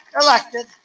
elected